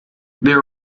their